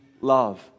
love